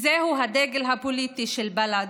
זהו הדגל הפוליטי של בל"ד,